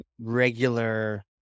regular